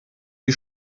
die